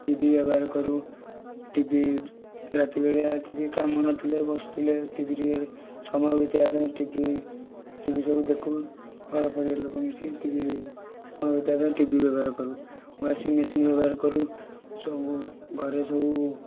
TV ବ୍ୟବହାର କରୁ TV ରାତି ବେଳିଆ କିଛି କାମ ନ ଥିଲେ ବସିଥିଲେ ଟିଭି ଟିକେ ସମୟ ବିତେଇବା ପାଇଁ ଟିଭି ଟିଭି ସବୁ ଦେଖୁ ଘର ପରିବାର ଲୋକ ମିଶିକି ଟିଭି ସମୟ ବିତେଇବା ପାଇଁ ଟିଭି ବ୍ୟବହାର କରୁ ୱାସିଙ୍ଗ୍ ମେସିନ୍ ବ୍ୟବହାର କରୁ ସବୁ ଘରେ ସବୁ